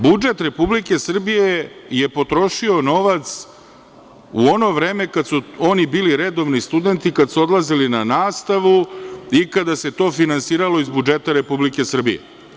Budžet Republike Srbije je potrošio novac u ono vreme kad su oni bili redovni studenti, kad su odlazili na nastavu i kada se to finansiralo iz budžeta Republike Srbije.